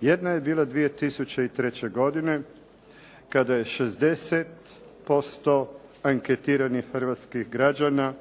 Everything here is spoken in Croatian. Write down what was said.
Jedna je bila 2003. godine kada se 60% anketiranih hrvatskih građana